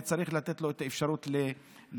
וצריך לתת לו אפשרות להשתקם.